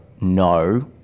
no